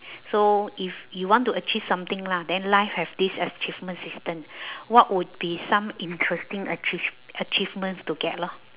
so if you want to achieve something lah then life have this achievement system what would be some interesting achieve~ achievements to get lor